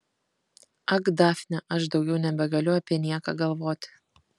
ak dafne aš daugiau nebegaliu apie nieką galvoti